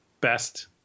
best